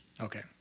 Okay